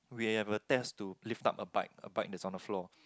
we'll have a test to lift up a bike a bike that's on the floor